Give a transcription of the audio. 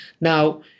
Now